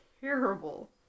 terrible